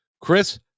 chris